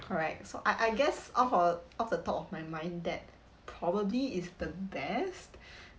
correct so I I guess off uh off the top my mind that probably is the best